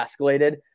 escalated